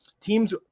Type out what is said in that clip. teams